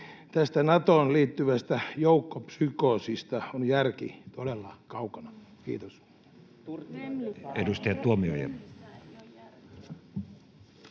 Tästä Natoon liittyvästä joukkopsykoosista on järki todella kaukana. — Kiitos.